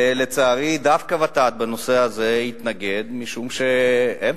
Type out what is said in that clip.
לצערי, בנושא הזה התנגדה דווקא ות"ת.